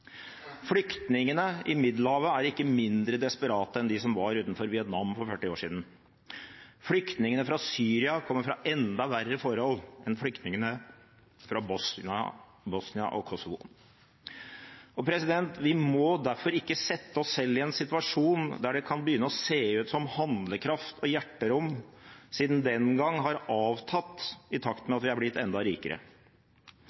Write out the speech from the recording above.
Flyktningene i Middelhavet er ikke mindre desperate enn de som var utenfor Vietnam for 40 år siden. Flyktningene fra Syria kommer fra enda verre forhold enn flyktningene fra Bosnia og Kosovo. Vi må derfor ikke sette oss selv i en situasjon der det kan begynne å se ut som om handlekraft og hjerterom siden den gang har avtatt i takt med at vi er blitt enda rikere.